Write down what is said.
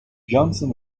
johnson